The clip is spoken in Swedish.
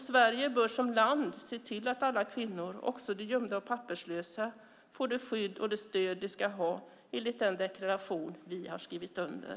Sverige bör som land se till att alla kvinnor, också de gömda och papperslösa, får det skydd och det stöd de ska ha enligt den deklaration vi har skrivit under.